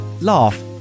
laugh